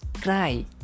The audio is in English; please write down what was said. cry